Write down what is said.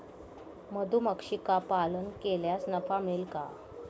मधुमक्षिका पालन केल्यास नफा मिळेल का?